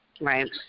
Right